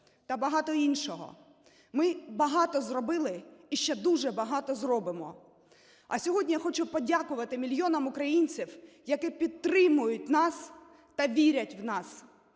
та багато іншого. Ми багато зробили і ще дуже багато зробимо. А сьогодні я хочу подякувати мільйонам українців, які підтримують нас та вірять в нас.